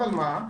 אבל מה,